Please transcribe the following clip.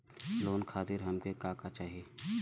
Loan खातीर हमके का का चाही?